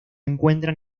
encuentran